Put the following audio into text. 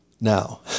Now